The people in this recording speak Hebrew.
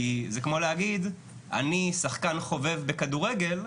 כי זה כמו להגיד 'אני שחקן חובב בכדורגל,